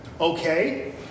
Okay